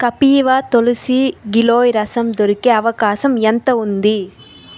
కపీవ తులసీ గిలోయ్ రసం దొరికే అవకాశం ఎంత ఉంది